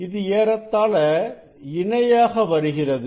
இது ஏறத்தாழ இணையாக வருகிறது